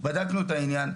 בדקנו את העניין,